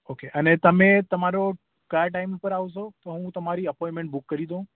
okay અને તમે તમારો ક્યા ટાઈમ પર આવશો તો હું તમારી અપોઇમેન્ટ બુક કરી દઉં